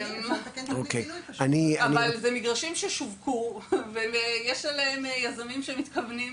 אבל במגרשים ששווקו ויש עליהם יזמים שמתכוונים